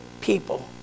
people